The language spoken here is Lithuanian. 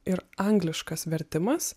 ir angliškas vertimas